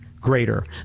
greater